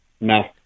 No